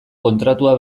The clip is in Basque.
kontratua